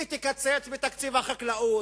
היא תקצץ בתקציב החקלאות,